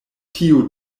tiu